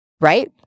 right